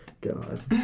god